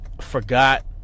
forgot